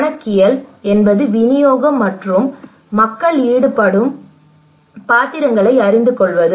கணக்கியல் என்பது விநியோகம் மற்றும் மக்கள் ஈடுபடும் பாத்திரங்களை அறிந்து கொள்வது